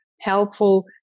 helpful